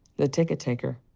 the ticket taker.